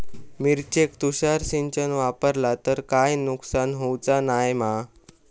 मिरचेक तुषार सिंचन वापरला तर काय नुकसान होऊचा नाय मा?